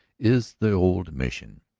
is the old mission.